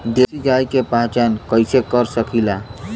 देशी गाय के पहचान कइसे कर सकीला?